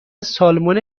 سالمون